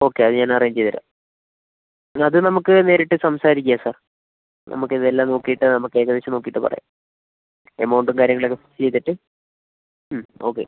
okay അതു ഞാൻ arrange ചെയ്തു തരാം അത് നമുക്ക് നേരിട്ട് സംസാരിക്കാം സാർ നമുക്കിതെല്ലാം നോക്കിയിട്ട് നമുക്ക് ഏകദേശം നോക്കിയിട്ട് പറയാം എമൗണ്ടും കാര്യങ്ങളുമൊക്കെ ഫിക്സ് ചെയ്തിട്ട് മ് ഓക്കെ